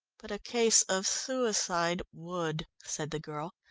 but a case of suicide would, said the girl.